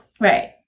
Right